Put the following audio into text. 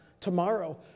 tomorrow